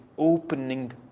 Opening